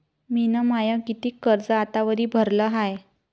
मिन माय कितीक कर्ज आतावरी भरलं हाय?